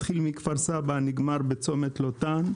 מתחיל מכפר סבא ונגמר בצומת לוטן.